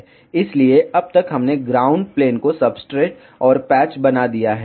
इसलिए अब तक हमने ग्राउंड प्लेन को सब्सट्रेट और पैच बना दिया है